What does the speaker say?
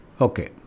Okay